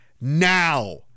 now